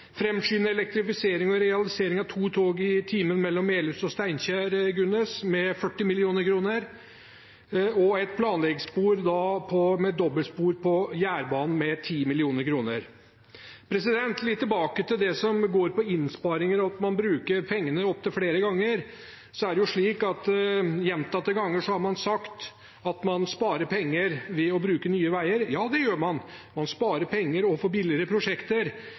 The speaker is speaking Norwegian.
elektrifisering og realisering av to tog i timen mellom Melhus og Steinkjer – representanten Gunnes – med 40 mill. kr og planlegging av dobbeltspor på Jærbanen med 10 mill. kr. Litt tilbake til det som går på innsparinger, og at man bruker pengene opptil flere ganger: Det er slik at gjentatte ganger har man sagt at man sparer penger ved å bruke Nye Veier. Ja, det gjør man. Man sparer penger og får billigere prosjekter,